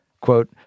quote